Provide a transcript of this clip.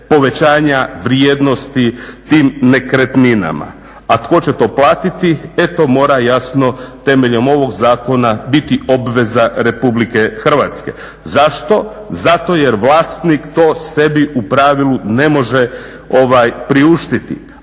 povećanja vrijednosti tim nekretninama. A tko će to platiti? E to mora jasno temeljem ovog zakona biti obveza RH. Zašto? Zato jer vlasnik to sebi u pravilu ne može priuštiti.